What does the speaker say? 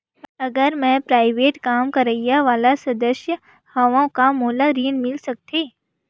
अगर मैं प्राइवेट काम करइया वाला सदस्य हावव का मोला ऋण मिल सकथे?